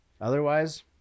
otherwise